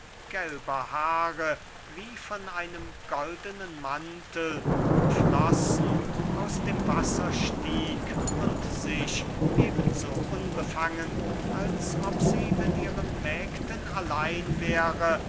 gelber haare wie von einem goldenen mantel umflossen aus dem wasser stieg und sich eben so unbefangen als ob sie mit ihren mägden allein wäre